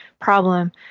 problem